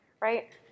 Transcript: Right